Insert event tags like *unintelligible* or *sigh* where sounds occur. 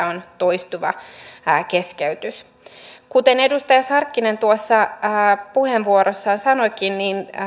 *unintelligible* on toistuva keskeytys kuten edustaja sarkkinen puheenvuorossaan sanoikin